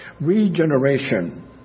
Regeneration